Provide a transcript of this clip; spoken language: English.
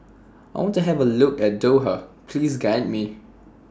I want to Have A Look At Doha Please Guide Me